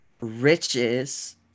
riches